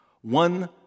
One